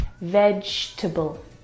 Vegetable